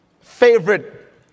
favorite